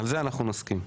על זה אנחנו נסכים.